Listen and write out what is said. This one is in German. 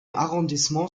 arrondissement